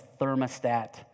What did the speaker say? thermostat